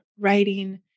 writing